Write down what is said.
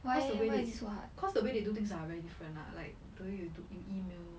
cause the way cause the way they do things are very different lah like probably you took you email